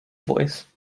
voice